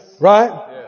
Right